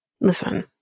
listen